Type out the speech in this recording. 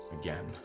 again